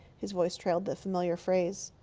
his voice trailed the familiar phrase.